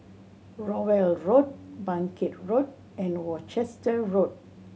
Rowell Road Bangkit Road and Worcester Road